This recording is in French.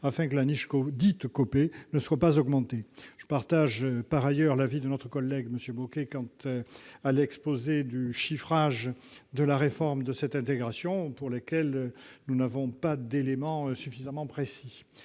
afin que la « niche Copé » ne soit pas augmentée. Je partage par ailleurs l'avis de notre collègue Éric Bocquet quant au chiffrage de la réforme de ce régime d'intégration, sur lequel nous ne disposons pas d'éléments suffisamment précis.